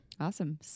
Awesome